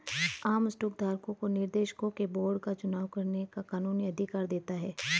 आम स्टॉक धारकों को निर्देशकों के बोर्ड का चुनाव करने का कानूनी अधिकार देता है